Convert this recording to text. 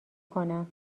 کنم